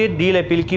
ah deal appeal